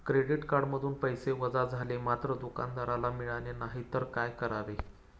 Credit कार्डमधून पैसे वजा झाले मात्र दुकानदाराला मिळाले नाहीत तर काय करावे?